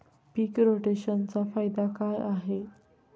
पीक रोटेशनचा फायदा काय आहे?